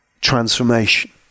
transformation